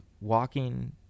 walking